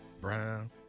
brown